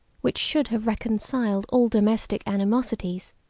which should have reconciled all domestic animosities,